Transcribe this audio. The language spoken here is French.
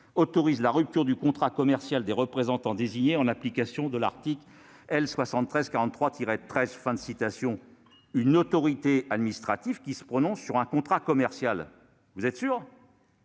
autorise la rupture du contrat commercial des représentants désignés en application de l'article L. 7343-13 ». Une autorité administrative qui se prononce sur un contrat commercial ... Vous êtes sûrs ?